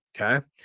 Okay